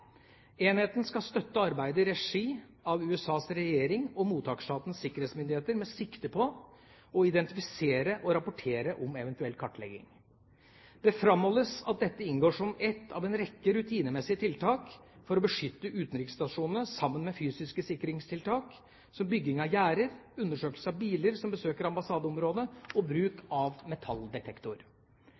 Enheten skal støtte arbeidet i regi av USAs regjering og mottakerstatens sikkerhetsmyndigheter med sikte på å identifisere og rapportere om eventuell kartlegging. Det framholdes at dette inngår som ett av en rekke rutinemessige tiltak for å beskytte utenriksstasjonene sammen med fysiske sikringstiltak som bygging av gjerder, undersøkelser av biler som besøker ambassadeområdet og bruk av metalldetektor.